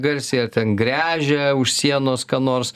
garsiai ar ten gręžia už sienos ką nors